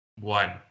One